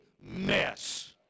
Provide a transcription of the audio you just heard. mess